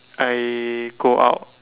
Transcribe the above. I go out